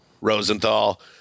Rosenthal